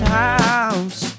house